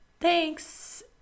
Thanks